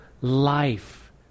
life